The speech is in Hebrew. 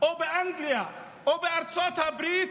או באנגליה או בארצות הברית,